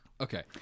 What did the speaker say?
Okay